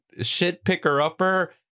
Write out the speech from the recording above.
shit-picker-upper-